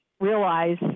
realize